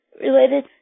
related